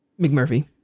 McMurphy